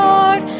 Lord